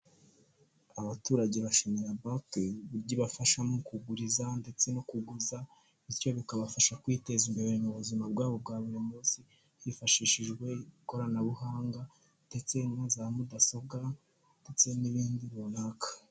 Abaturage bashimira banki uburyo ibafasha mu kuguriza ndetse no kuguza bityo bikabafasha kwiteza imbere mu buzima bwabo bwa buri munsi, hifashishijwe ikoranabuhanga ndetse na za mudasobwa ndetse n'ibindi runaka.